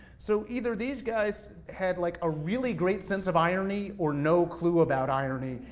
so either these guys had like a really great sense of irony, or no clue about irony,